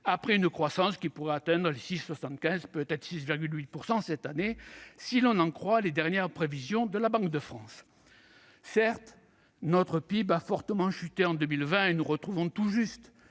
après une croissance qui pourrait atteindre 6,75 % à 6,8 % cette année, si l'on en croit les dernières prévisions de la Banque de France. Certes, le PIB a fortement chuté en 2020 et retrouve tout juste